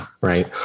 Right